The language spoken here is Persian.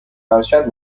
ارشد